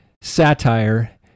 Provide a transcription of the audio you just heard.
satire